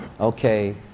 okay